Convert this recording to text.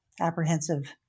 apprehensive